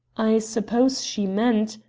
i suppose she meant,